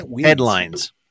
headlines